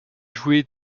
joué